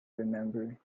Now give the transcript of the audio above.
remember